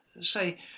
Say